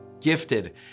gifted